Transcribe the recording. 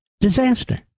disaster